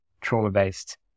trauma-based